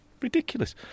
Ridiculous